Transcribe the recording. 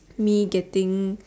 me getting